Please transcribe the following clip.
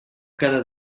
cada